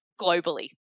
globally